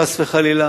חס וחלילה,